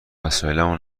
وسایلامو